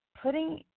putting